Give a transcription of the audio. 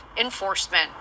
enforcement